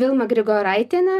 vilma grigoraitienė